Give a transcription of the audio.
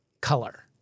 color